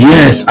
Yes